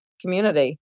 community